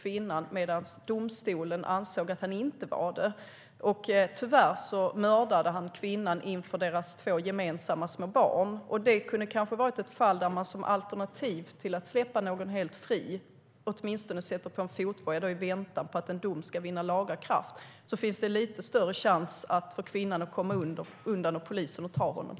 Kvinnan gömde sig för honom, men han lyckades hitta henne, och tyvärr mördade han henne inför deras två gemensamma små barn.